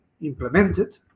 implemented